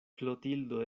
klotildo